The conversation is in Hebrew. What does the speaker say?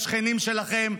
לשכנים שלכם,